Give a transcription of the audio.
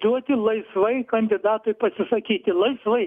duoti laisvai kandidatui pasisakyti laisvai